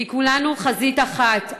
כי כולנו חזית אחת.